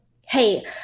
Hey